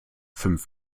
fünf